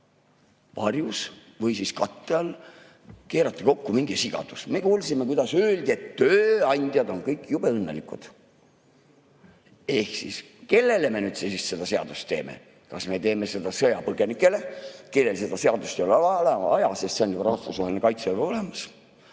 varjus või siis katte all keerati kokku mingi sigadus. Me kuulsime, kuidas öeldi, et tööandjad on kõik jube õnnelikud. Ehk siis kellele me seda seadust teeme? Kas me teeme seda sõjapõgenikele, kellel seda seadust ei ole vaja, sest neil on ju rahvusvaheline kaitse olemas,